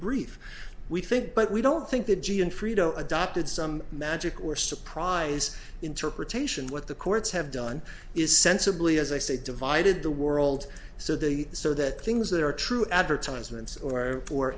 brief we think but we don't think the jian frito adopted some magic or surprise interpretation what the courts have done is sensibly as i say divided the world so the so that things there are true advertisements or